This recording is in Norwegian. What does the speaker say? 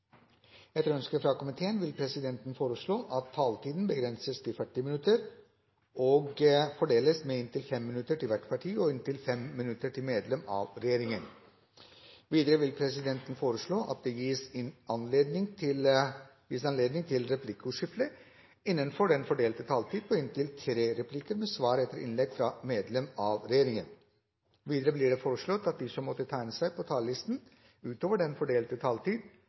Etter ønske fra helse- og omsorgskomiteen vil presidenten foreslå at taletiden begrenses til 40 minutter og fordeles med inntil 5 minutter til hvert parti og inntil 5 minutter til medlem av regjeringen. Videre vil presidenten foreslå at det gis anledning til replikkordskifte på inntil tre replikker med svar etter innlegg fra medlem av regjeringen innenfor den fordelte taletid. Videre blir det foreslått at de som måtte tegne seg på talerlisten utover den fordelte taletid,